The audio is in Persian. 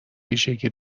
ویژگی